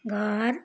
घर